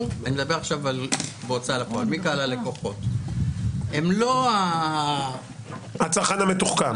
בהוצאה לפועל הם לא הצרכן המתוחכם,